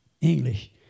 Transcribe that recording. English